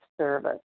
service